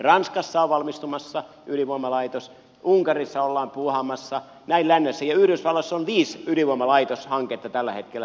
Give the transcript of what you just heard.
ranskassa on valmistumassa ydinvoimalaitos unkarissa ollaan puuhaamassa ja yhdysvalloissa on viisi ydinvoimalaitoshanketta tällä hetkellä vireillä